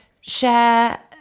share